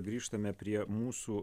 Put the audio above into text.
grįžtame prie mūsų